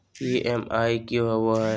EMI की होवे है?